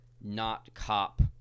not-cop